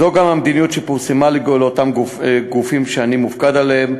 זו גם המדיניות שפורסמה לאותם גופים שאני מופקד עליהם,